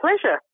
pleasure